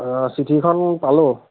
অঁ চিঠিখন পালোঁ